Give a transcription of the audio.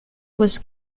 was